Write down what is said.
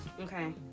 okay